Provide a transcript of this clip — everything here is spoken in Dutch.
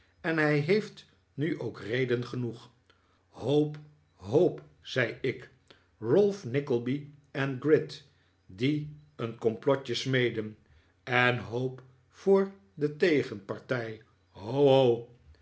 en hij heeft nu ook reden genoeg hoop hoop zei ik ralph nickleby en gride die een complotje smeden en hoop voor de tegenpartij ho